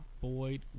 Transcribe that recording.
Boyd